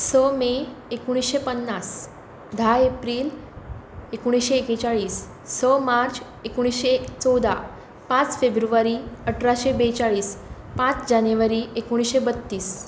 स मे एकोणिशें पन्नास धा एप्रिल एकोणिशें एकेचाळीस स मार्च एकोणिशें चवदा पांच फेब्रुवारी अठराशें बेचाळीस पांच जानेवारी एकोणिशें बत्तीस